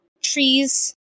trees